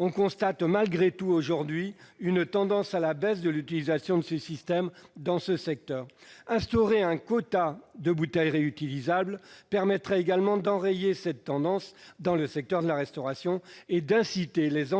On constate malgré tout, aujourd'hui, une tendance à la baisse de l'utilisation de ce système. Instaurer un quota de bouteilles réutilisables permettrait également d'enrayer cette tendance dans le secteur de la restauration et d'inciter les entreprises